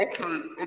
okay